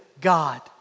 God